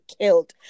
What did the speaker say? killed